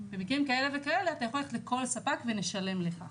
במקרים כאלה וכאלה אתה יכול ללכת לכל ספק ונשלם לך.